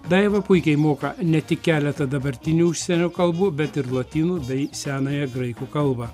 daiva puikiai moka ne tik keletą dabartinių užsienio kalbų bet ir lotynų bei senąją graikų kalbą